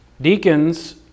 Deacons